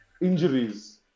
Injuries